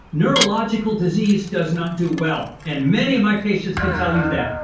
neurological disease does not do well. and many of my patients can tell you that,